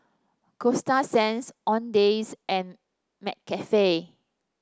Coasta Sands Owndays and McCafe